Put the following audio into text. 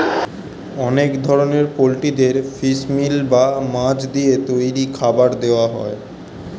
অনেক ধরনের পোল্ট্রিদের ফিশ মিল বা মাছ দিয়ে তৈরি খাবার দেওয়া হয়